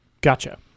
Gotcha